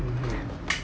mmhmm